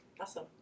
Awesome